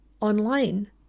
online